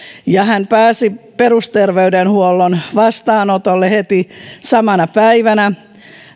ja hän pääsi perusterveydenhuollon vastaanotolle heti samana päivänä